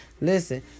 Listen